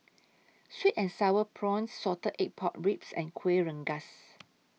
Sweet and Sour Prawns Salted Egg Pork Ribs and Kuih Rengas